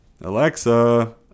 Alexa